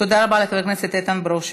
תודה רבה לחבר הכנסת איתן ברושי.